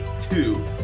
two